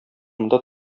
монда